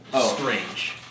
strange